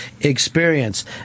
experience